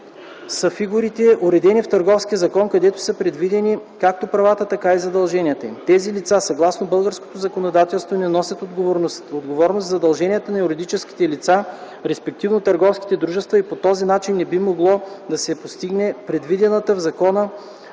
са фигурите, уредени в Търговския закон, където са предвидени както правата, така задълженията им. Тези лица, съгласно българското законодателство не носят отговорност за задълженията на юридическите лица, респективно търговските дружества и по този начин не би могло да се постигне предвидената в